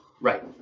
Right